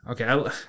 Okay